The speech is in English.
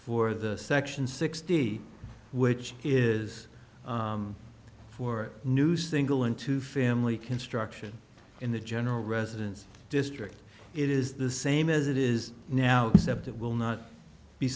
for the section sixty which is for new single into family construction in the general residence district it is the same as it is now except it will not be